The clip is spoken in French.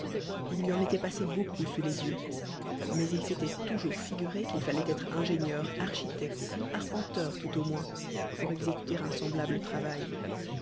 il lui en était passé beaucoup sous les yeux mais il s'était toujours figuré qu'il fallait être ingénieur architecte arpenteur tout au moins pour exécuter un semblable travail